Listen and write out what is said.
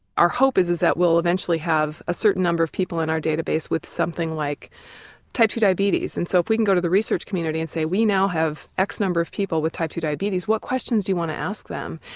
our hope is is that we'll eventually have a certain number of people on our data base with something like type two diabetes and so if we can go to the research community and say we now have x number of people with type two diabetes what questions do you want to ask them?